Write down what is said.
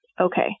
okay